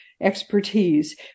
expertise